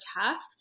tough